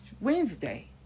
Wednesday